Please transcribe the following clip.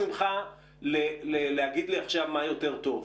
אני מבקש ממך להגיד לי מה יותר טוב.